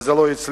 וזה לא הצליח.